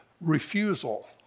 refusal